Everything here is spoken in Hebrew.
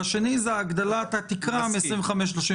והשנייה - הגדלת התקרה מ-25% ל-35%.